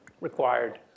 required